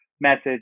message